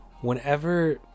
whenever